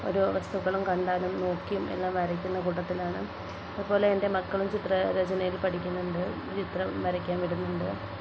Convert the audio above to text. ഓരോ വസ്തുക്കളും കണ്ടാലും നോക്കിയും എല്ലാം വരയ്ക്കുന്ന കൂട്ടത്തിലാണ് അതുപോലെ എൻ്റെ മക്കളും ചിത്രരചനയിൽ പഠിക്കുന്നുണ്ട് ചിത്രം വരയ്ക്കാൻ വിടുന്നുണ്ട്